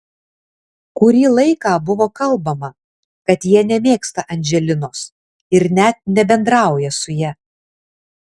kurį laiką buvo kalbama kad jie nemėgsta andželinos ir net nebendrauja su ja